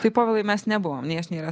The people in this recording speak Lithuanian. taip povilai mes nebuvom nei aš nei